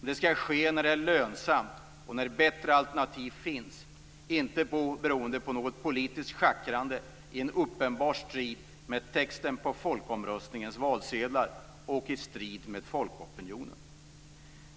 Det skall dock ske när det är lönsamt och när bättre alternativ finns, inte beroende på något politiskt schackrande i uppenbar strid med texten på folkomröstningens valsedlar och i strid med folkopinionen.